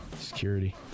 Security